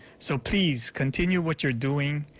so please, continue what you are doing,